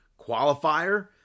qualifier